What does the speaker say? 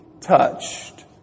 touched